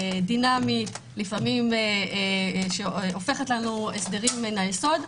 דינמית, לפעמים שהופכת לנו הסדרים מהיסוד.